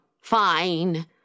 Fine